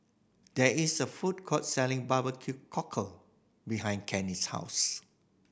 there is a food court selling barbecue cockle behind Kerry's house